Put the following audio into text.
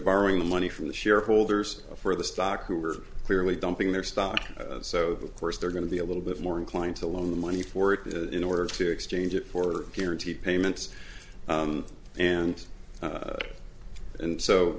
borrowing the money from the shareholders for the stock who are clearly dumping their stock so of course they're going to be a little bit more inclined to loan the money for it in order to exchange it for purity payments and and so